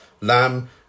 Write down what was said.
lamb